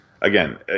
again